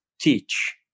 teach